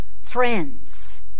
friends